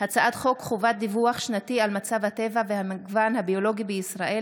הצעת חוק חובת דיווח שנתי על מצב הטבע והמגוון הביולוגי בישראל,